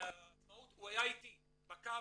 בעצמאות הוא היה איתי בקו.